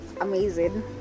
amazing